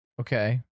okay